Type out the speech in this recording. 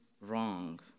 wrong